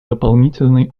дополнительной